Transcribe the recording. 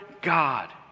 God